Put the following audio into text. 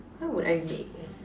what would I make ah